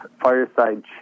Fireside